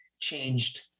changed